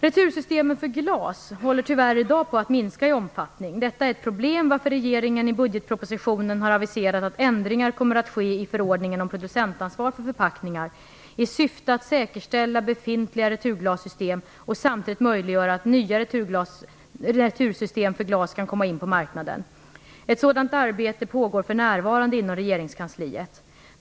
Retursystemen för glas håller i dag tyvärr på att minska i omfattning. Detta är ett problem, varför regeringen i budgetpropositionen har aviserat att ändringar kommer att ske i förordningen om producentansvar för förpackningar i syfte att säkerställa befintliga returglassystem och samtidigt möjliggöra att nya retursystem för glas kan komma in på marknaden. Ett sådant arbete pågår för närvarande inom regeringskansliet.